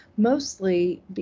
Mostly